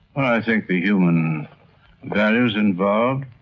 think the human values involved.